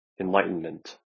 enlightenment